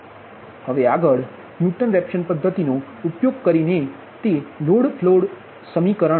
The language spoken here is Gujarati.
હવે આગળ ન્યુટન રેફસન પદ્ધતિનો ઉપયોગ કરીને તે લોડફ્લો સમીકરણ